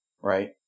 right